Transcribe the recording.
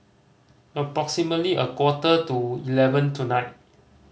approximately a quarter to eleven tonight